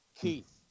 Keith